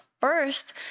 first